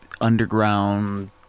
underground